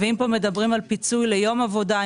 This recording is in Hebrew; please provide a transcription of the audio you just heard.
ואם פה מדברים על פיצוי ליום עבודה,